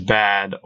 bad